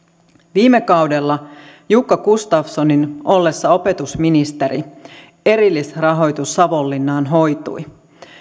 viime kaudella jukka gustafssonin ollessa opetusministeri erillisrahoitus savonlinnaan hoitui